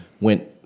went